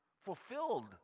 fulfilled